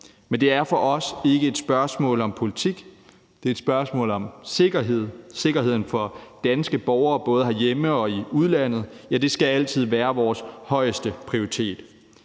Men det er for os ikke et spørgsmål om politik, det er et spørgsmål om sikkerhed. Sikkerheden for danske borgere, både herhjemme og i udlandet, skal altid være vores højeste prioritet.